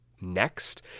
next